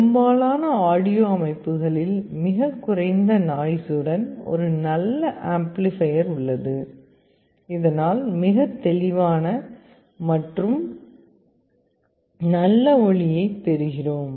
பெரும்பாலான ஆடியோ அமைப்புகளில் மிகக் குறைந்த நாய்ஸ் உடன் ஒரு நல்ல ஆம்ப்ளிபையர் உள்ளது இதனால் மிகத் தெளிவான மற்றும் நல்ல ஒலியைப் பெறுகிறோம்